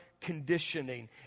conditioning